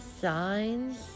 Signs